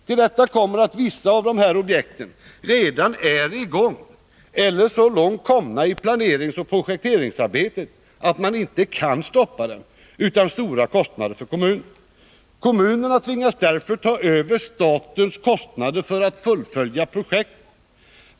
Till detta kommer att vissa av objekten redan är i gång eller är så långt komna i planeringsoch projekteringsarbetet att man inte kan stoppa dem utan stora kostnader för kommunerna. Kommunerna tvingas därför ta över statens kostnader för att fullfölja projekten.